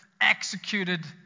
executed